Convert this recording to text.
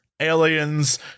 aliens